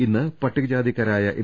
ഇന്ന് പട്ടികജാതിക്കാരായ എം